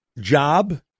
job